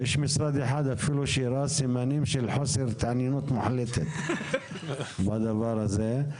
יש משרד אחד שאפילו הראה סימנים של חוסר התעניינות מוחלטת בדבר הזה.